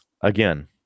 Again